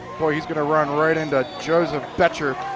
boy he is going to run right into joseph boettcher.